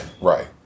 Right